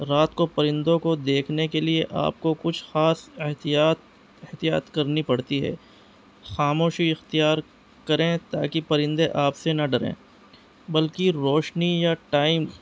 رات کو پرندوں کو دیکھنے کے لیے آپ کو کچھ خاص احتیاط احتیاط کرنی پڑتی ہے خاموشی اختیار کریں تاکہ پرندے آپ سے نہ ڈریں بلکہ روشنی یا ٹائم